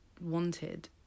wanted